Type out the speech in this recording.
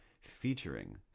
featuring